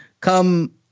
come